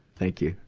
thank you.